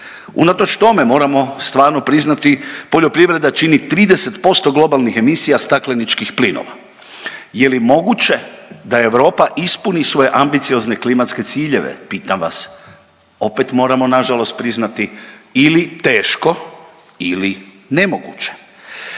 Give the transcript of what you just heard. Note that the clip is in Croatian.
Unatoč tome moramo stvarno priznati poljoprivreda čini 30% globalnih emisija stakleničkih plinova. Je li moguće da Europa ispuni svoje ambiciozne klimatske ciljeve pitam vas? Opet moramo nažalost priznati ili teško ili nemoguće.